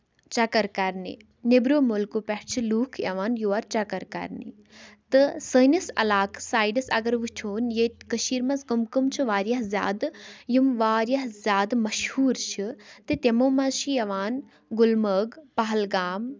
چَکَر کَرنہِ نیٚبرِمٮ۪و مُلکو پٮ۪ٹھ چھِ لوٗکھ یِوان یور چَکَر کَرنہِ تہٕ سٲنِس علاقَس سایڈَس اگر وُچھہون ییٚتہِ کٔشیٖر منٛز کٕم کٕم چھِ واریاہ زیادٕ یِم واریاہ زیادٕ مشہوٗر چھِ تہٕ تِمو منٛز چھِ یِوان گُلمَرگ پہلگام